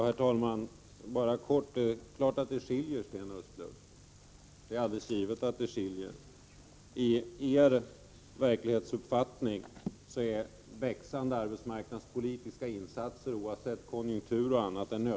Herr talman! Bara kort: Det är klart att våra uppfattningar skiljer sig åt, Sten Östlund. Med er verklighetsuppfattning är växande arbetsmarknadspolitiska insatser en nödvändighet, oavsett konjunktur och annat.